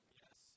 yes